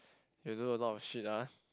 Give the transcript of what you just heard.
you do a lot of shit ah